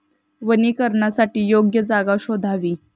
वनीकरणासाठी योग्य जागा शोधावी